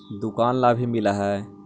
दुकान ला भी मिलहै?